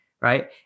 right